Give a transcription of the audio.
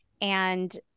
and-